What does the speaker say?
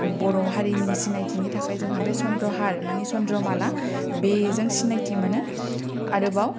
बर' हारिनि सिनायथिनि थाखाय जोंहा बे सन्द्रहार माने सन्द्रमाला बेजों सिनायथि मोनो आरोबाव